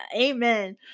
Amen